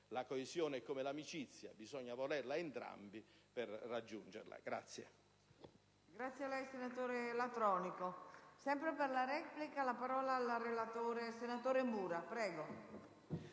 La coesione è come l'amicizia: bisogna volerla entrambi per raggiungerla.